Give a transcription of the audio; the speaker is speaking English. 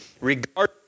regard